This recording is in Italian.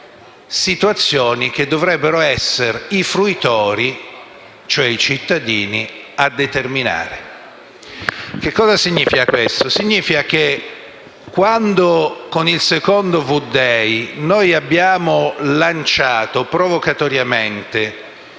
situazioni che dovrebbero essere i fruitori, cioè i cittadini, a determinare. Che cosa significa questo? Significa che, quando con il secondo V-Day abbiamo lanciato provocatoriamente